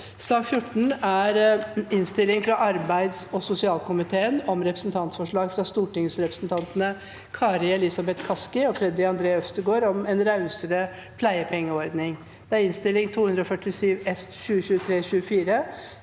Innstilling fra arbeids- og sosialkomiteen om Repre- sentantforslag fra stortingsrepresentantene Kari Elisa- beth Kaski og Freddy André Øvstegård om en rausere pleiepengeordning (Innst. 247 S